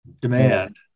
demand